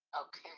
Okay